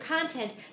content